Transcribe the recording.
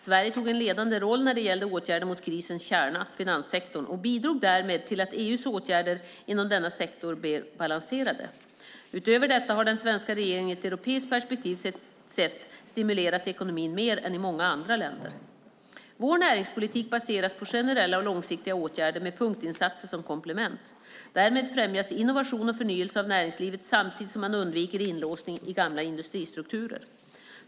Sverige tog en ledande roll när det gällde åtgärder mot krisens kärna, finanssektorn, och bidrog därmed till att EU:s åtgärder inom denna sektor blev balanserade. Utöver detta har den svenska regeringen från ett europeiskt perspektiv sett stimulerat ekonomin mer än många andra länder. Vår näringspolitik baseras på generella och långsiktiga åtgärder med punktinsatser som komplement. Därmed främjas innovation och förnyelse av näringslivet samtidigt som man undviker inlåsning i gamla industristrukturer.